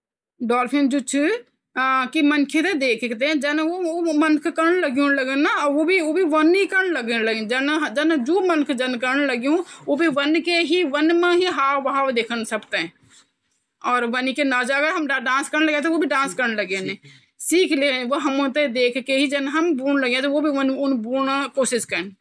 पेंगुइन क बारा मा बुले जांद येथय पक्षी बुले जांद पर येथय पक्षी कनखे मंन यु पानी मा भी रहन्द भूमि मा भी रहन्द पर येमा पंख ही नी च, पंख हुन्द त हम येथय पक्षी ज़रूर बुल्दा बिना पंखो के पक्षी कनखे बोली जांद पक्षी मा त पंख ज़रूर हुन चैन्द |